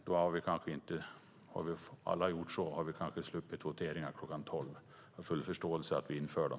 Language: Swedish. Om alla hade gjort så hade vi kanske sluppit voteringar kl. 12. Jag har full förståelse för att vi inför dem.